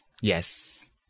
Yes